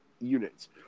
units